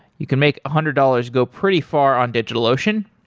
you can make a hundred dollars go pretty far on digitalocean.